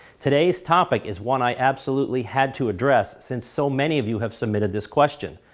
today's topic is one i absolutely had to address, since so many of you have submitted this question.